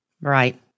Right